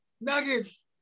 Nuggets